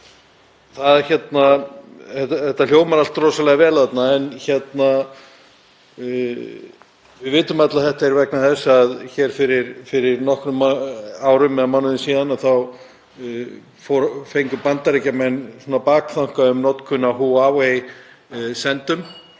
Þetta hljómar allt rosalega vel en við vitum öll að þetta er vegna þess að hér fyrir nokkrum misserum eða árum síðan fengu Bandaríkjamenn bakþanka um notkun á Huawei-sendum